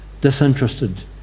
disinterested